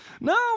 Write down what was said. No